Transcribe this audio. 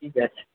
ঠিক আছে